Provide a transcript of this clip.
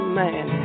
man